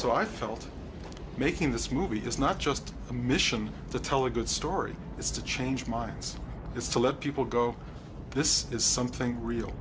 so i felt making this movie is not just a mission to tell a good story it's to change minds it's to let people go this is something real